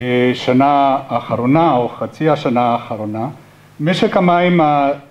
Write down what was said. שנה האחרונה או חצי השנה האחרונה. משק המים ה...